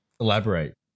Elaborate